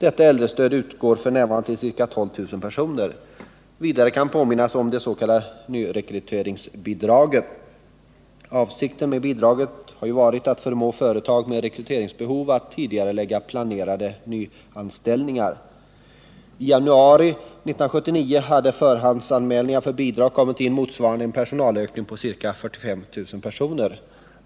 Detta äldrestöd utgår f. n. till ca 12 000 personer. Vidare kan påminnas om det s.k. nyrekryteringsbidraget. Avsikten med bidraget har ju varit att förmå företag med rekryteringsbehov att tidigarelägga planerade nyanställningar. I januari 1979 hade det kommit in förhandsanmälningar för bidrag motsvarande en personalökning på ca 45 000 personer.